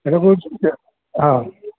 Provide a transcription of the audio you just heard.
એ તો કહું છું કે હા